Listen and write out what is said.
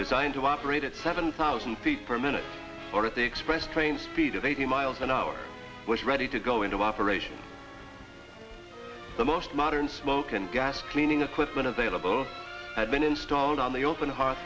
designed to operate at seven thousand feet per minute or of the express train speed of eighty miles an hour was ready to go into operation the most modern smoke and gas cleaning equipment available had been installed on the open heart